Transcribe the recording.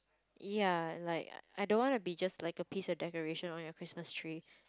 ya like I don't want to be just like a piece of decoration on your Christmas tree